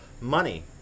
money